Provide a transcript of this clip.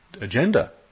agenda